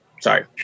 Sorry